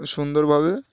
সুন্দরভাবে